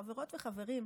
חברות וחברים,